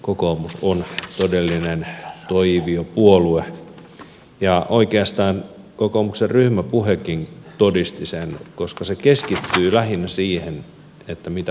kokoomus on todellinen toiviopuolue ja oikeastaan kokoomuksen ryhmäpuhekin todisti sen koska se keskittyi lähinnä siihen mitä perussuomalaiset tekevät